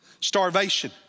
Starvation